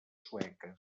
sueca